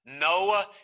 Noah